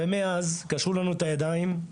ומאז קשרו לנו את הידיים,